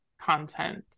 content